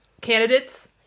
candidates